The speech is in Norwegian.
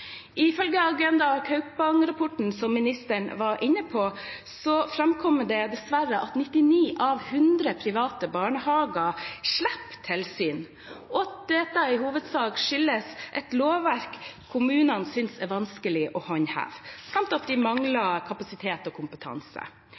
Ifølge Agenda Kaupang-rapporten, som ministeren var inne på, framkommer det dessverre at 99 av 100 private barnehager slipper tilsyn, og at dette i hovedsak skyldes et lovverk kommunene synes er vanskelig å håndheve, samt at de mangler